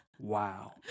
Wow